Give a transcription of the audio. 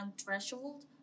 threshold